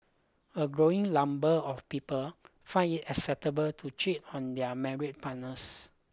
a growing number of people find it acceptable to cheat on their married partners